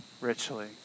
richly